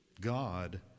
God